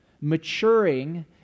maturing